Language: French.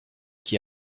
qui